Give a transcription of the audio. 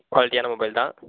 குவாலிட்டியான மொபைல் தான்